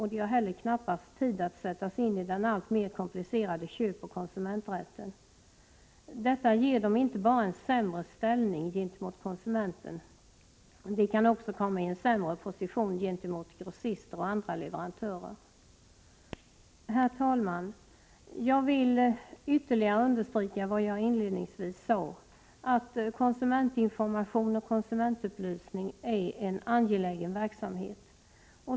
De har heller knappast tid att sätta sig in i den alltmer komplicerade köpoch konsumenträtten. Detta ger dem inte bara en sämre ställning gentemot konsumenten, de kan också komma i en sämre position gentemot grossister och andra leverantörer. Herr talman! Jag vill ytterligare understryka vad jag inledningsvis sade, att konsumentinformation och konsumentupplysning är en angelägen verksamhet.